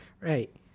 Right